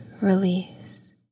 release